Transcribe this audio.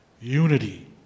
Unity